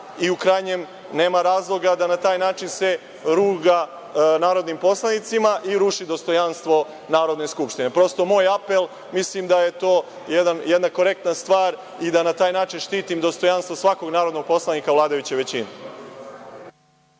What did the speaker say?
i, u krajnjem, nema razloga da se na taj način ruga narodnim poslanicima i ruši dostojanstvo Narodne skupštine. Prosto, moj apel. Mislim da je to jedna korektna stvar i da na taj način štitim dostojanstvo svakog narodnog poslanika vladajuće većine.